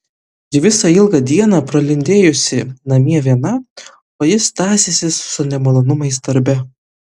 ji visą ilgą dieną pralindėjusi namie viena o jis tąsęsis su nemalonumais darbe